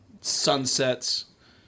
sunsets